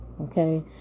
okay